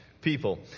people